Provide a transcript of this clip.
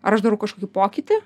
aš darau kažkokį pokytį